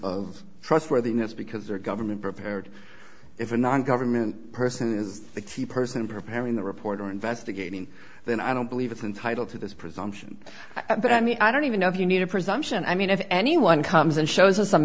of trustworthiness because their government prepared if a non government person is the key person preparing the report or investigating then i don't believe it's entitled to this presumption i mean i don't even know if you need a presumption i mean if anyone comes and shows